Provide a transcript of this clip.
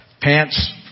pants